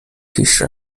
پیش